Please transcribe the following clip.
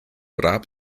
rap